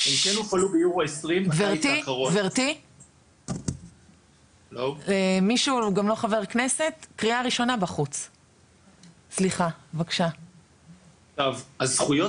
הם כן הופעלו ביורו 20. אז זכויות